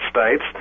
States